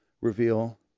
reveal